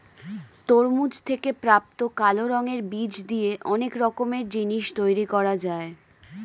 তরমুজ থেকে প্রাপ্ত কালো রঙের বীজ দিয়ে অনেক রকমের জিনিস তৈরি করা যায়